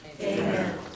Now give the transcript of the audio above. Amen